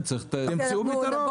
תמצאו פתרון.